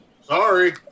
Sorry